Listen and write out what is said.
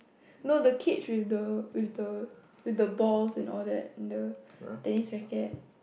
no the cage with the with the with the balls and all that the tennis racket